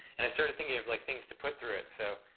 and i started thinking of like, things to put through it, so